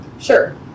Sure